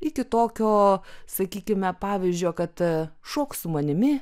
iki tokio sakykime pavyzdžio kad šok su manimi